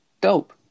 dope